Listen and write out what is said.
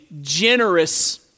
generous